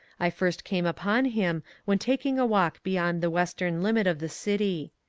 i first came upon him when taking a walk beyond the western limit of the city.